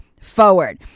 forward